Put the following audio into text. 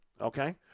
okay